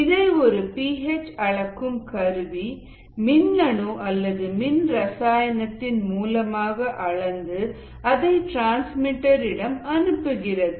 இதை ஒரு p H அளக்கும் கருவி மின்னணு அல்லது மின் ரசாயனத்தின் மூலமாக அளந்து அதை டிரான்ஸ்மிட்டர் இடம் அனுப்புகிறது